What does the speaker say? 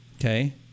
okay